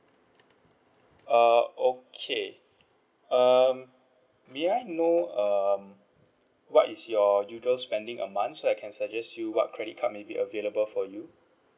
uh okay um may I know um what is your usual spending a months so I can suggest you what credit card may be available for you